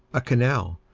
a canal,